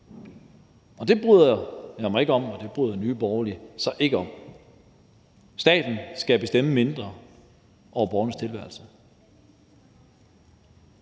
og det bryder jeg mig ikke om, og det bryder Nye Borgerlige sig ikke om. Staten skal bestemme mindre over borgernes tilværelse.